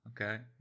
Okay